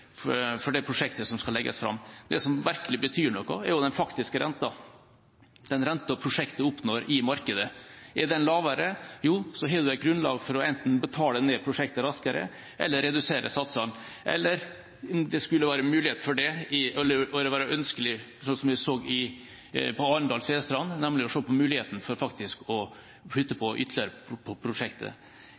finansieringsopplegg for det prosjektet som skal legges fram. Det som virkelig betyr noe, er den faktiske renten – den renten prosjektet oppnår i markedet. Er den lavere, har vi grunnlag for enten å betale ned prosjektet raskere eller redusere satsene, eller om det skulle det være mulighet for det – eller ønskelig som vi så på strekningen Arendal–Tvedestrand – se på mulighetene for faktisk å legge til ytterligere på prosjektet.